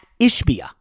Ishbia